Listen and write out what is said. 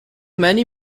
many